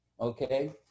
okay